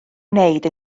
wneud